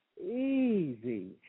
Easy